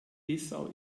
bissau